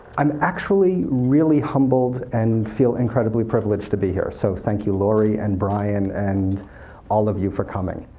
um actually really humbled and feel incredibly privileged to be here, so thank you laurie, and brian, and all of you for coming.